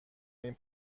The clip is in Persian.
این